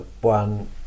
one